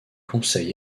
conseil